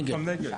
נגד.